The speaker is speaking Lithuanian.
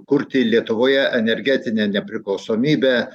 kurti lietuvoje energetinę nepriklausomybę